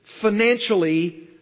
financially